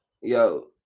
Yo